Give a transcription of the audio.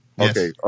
Okay